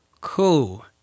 Cool